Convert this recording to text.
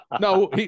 No